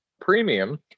premium